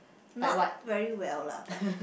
not very well lah but